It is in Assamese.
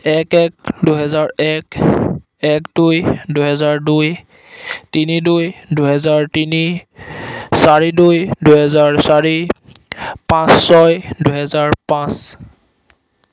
এক এক দুহেজাৰ এক এক দুই দুহেজাৰ দুই তিনি দুই দুহেজাৰ তিনি চাৰি দুই দুহেজাৰ চাৰি পাঁচ ছয় দুহেজাৰ পাঁচ